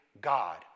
God